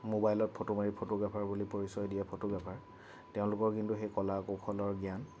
মোবাইলত ফটো মাৰি ফটোগ্ৰাফাৰ বুলি পৰিচয় দিয়া ফটোগ্ৰাফাৰ তেওঁলোকৰ কিন্তু সেই কলা কৌশলৰ জ্ঞান